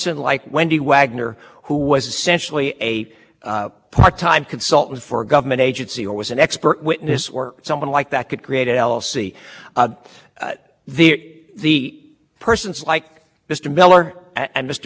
almost certainly could not have done this through the l l c or if they had done it through an l l c if the agency would have allowed them they would have had a substantial sacrifice that is as individuals they have the agency paying